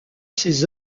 ses